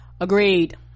agreed